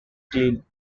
clean